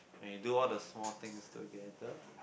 when you do all the small things together